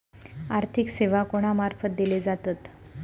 आर्थिक सेवा कोणा मार्फत दिले जातत?